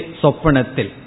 sopanatil